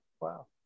Wow